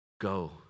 Go